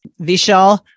Vishal